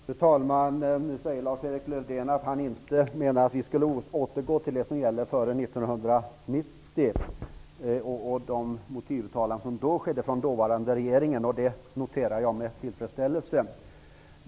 Fru talman! Nu säger Lars-Erik Lövdén att han inte menar att vi skulle återgå till det som gällde före 1990 och de motivuttalanden som gjordes av dåvarande regering. Det noterar jag med tillfredsställelse.